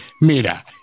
Mira